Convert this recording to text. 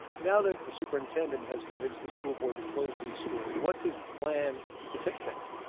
now, that the superintendent has convinced the school board to close these schools, what's his plan to fix things?